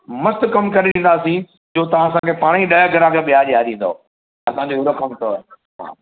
मस्त कमु करे ॾींदासीं जो तां असांखे पाण ई ॾह ग्राहक ॿिया ॾियारींदव असांजो एहिड़ो कमु तव हा